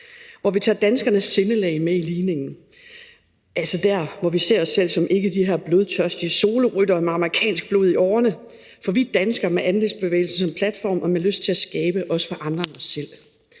hvor vi tager danskernes sindelag med i ligningen, altså der, hvor vi ikke ser os selv som de her blodtørstige soloryttere med amerikansk blod i årerne, for vi er danskere med andelsbevægelsen som platform og med lyst til at skabe, også for andre end os selv.